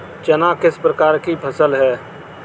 चना किस प्रकार की फसल है?